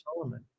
Solomon